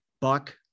Buck